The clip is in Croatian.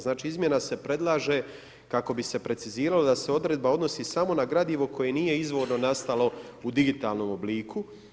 Znači izmjena se predlaže kako bi se preciziralo da se odredba odnosi samo na gradivo koje nije izvorno nastalo u digitalnom obliku.